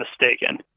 mistaken